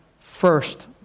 first